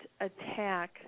attack